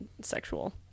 sexual